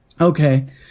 okay